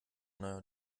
neuer